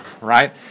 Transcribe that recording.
right